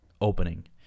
opening